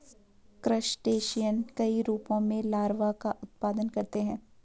crustacean कई रूपों में लार्वा का उत्पादन करते हैं